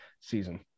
season